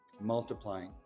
multiplying